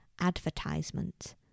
advertisement